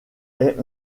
est